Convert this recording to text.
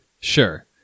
Sure